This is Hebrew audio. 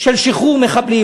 שחרור מחבלים,